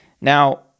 Now